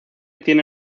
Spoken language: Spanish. tiene